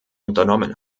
unternommen